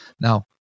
Now